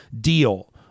deal